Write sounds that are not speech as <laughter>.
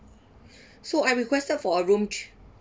<breath> so I requested for a room ch~